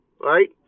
right